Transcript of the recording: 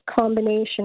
combination